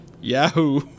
Yahoo